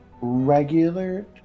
regular